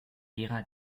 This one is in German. gera